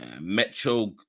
metro